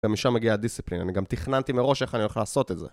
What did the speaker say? ומשם מגיע הדיסציפלין, אני גם תכננתי מראש איך אני הולך לעשות את זה.